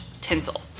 tinsel